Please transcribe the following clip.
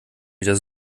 wieder